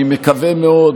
אני מקווה מאוד